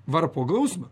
varpo gausmą